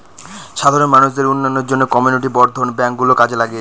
সাধারণ মানুষদের উন্নয়নের জন্য কমিউনিটি বর্ধন ব্যাঙ্ক গুলো কাজে লাগে